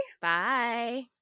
bye